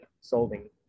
solving